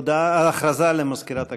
הודעה למזכירת הכנסת.